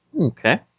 Okay